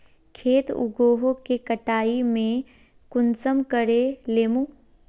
खेत उगोहो के कटाई में कुंसम करे लेमु?